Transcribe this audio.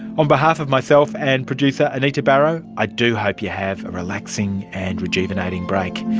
on behalf of myself and producer anita barraud i do hope you have a relaxing and rejuvenating break.